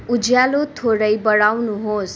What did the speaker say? उज्यालो थोरै बढाउनुहोस्